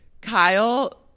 Kyle